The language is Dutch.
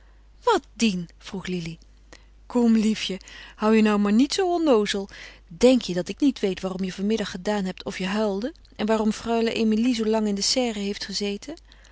wat dien vroeg lili kom liefje hou je nou maar niet zoo onnoozel denk je dat ik niet weet waarom je vanmiddag gedaan hebt of je huilde en waarom freule emilie zoo lang in de serre heeft gezeten